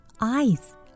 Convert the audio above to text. eyes